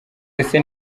ese